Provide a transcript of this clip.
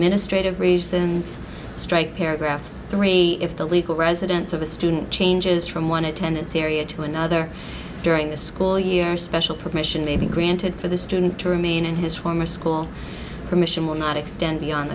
administrative reasons strike paragraph three if the legal residence of a student changes from one attendance area to another during the school year special permission may be granted for the student to remain in his former school permission will not extend beyond